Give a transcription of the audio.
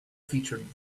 featured